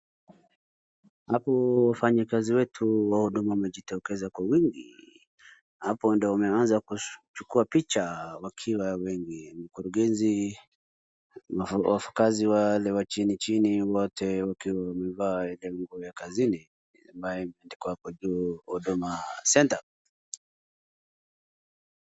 Hapo wafanyikazi wetu wa Huduma wamejitokeza kwa wingi. Hapo ndio wameanza kuchukua picha wakiwa wengi. Mkurugenzi, wakazi wale wa chini chini wote wakiwa wamevaa ile nguo ya kazini ambayo imeandikwa hapo juu Huduma Center .